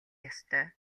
ёстой